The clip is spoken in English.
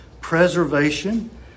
preservation